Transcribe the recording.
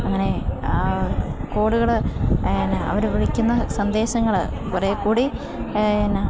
അങ്ങനെ കോളുകള് എന്താണ് അവര് വിളിക്കുന്ന സന്ദേശങ്ങള് കുറേക്കൂടി എന്താണ്